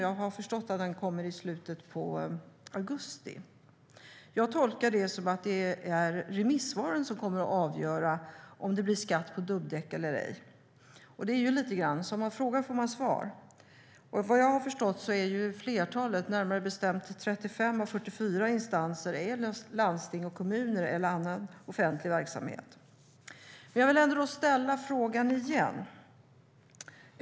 Jag har förstått att den kommer i slutet av augusti. Jag tolkar det som att det är remissvaren som kommer att avgöra om det blir skatt på dubbdäck eller ej, och det är lite grann "som man frågar får man svar". Vad jag har förstått är flertalet instanser - närmare bestämt 35 av 44 - landsting, kommuner eller annan offentlig verksamhet. Jag vill ställa frågan igen.